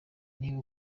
niba